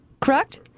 correct